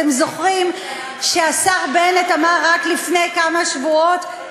אתם זוכרים שהשר בנט אמר רק לפני כמה שבועות,